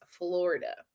Florida